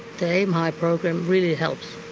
the aim high program really helps.